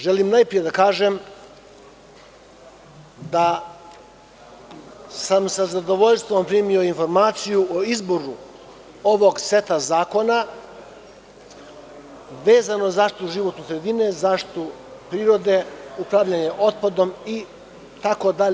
Želim najpre da kažem da sam sa zadovoljstvom primio informaciju o izboru ovog seta zakona vezano za zaštitu životne sredine, zaštitu prirode, upravljanje otpadom, itd.